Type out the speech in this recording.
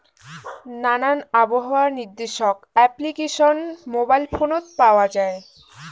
নানান আবহাওয়া নির্দেশক অ্যাপ্লিকেশন মোবাইল ফোনত পাওয়া যায়